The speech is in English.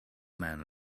man